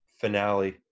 finale